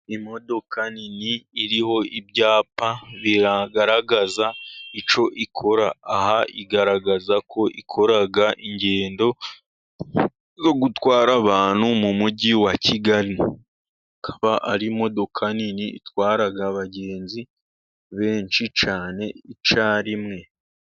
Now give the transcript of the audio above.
Imodoka nini iriho ibyapa bigaragaza icyo ikora, aha igaragaza ko ikora ingendo zo gutwara abantu mu mujyi wa kigali, ikaba ari imodoka nini itwara abagenzi benshi cyane icyarimwe.